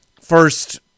first